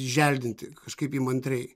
želdinti kažkaip įmantriai